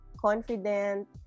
confident